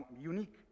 unique